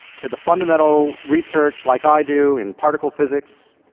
to the fundamental research like i do in particle physics.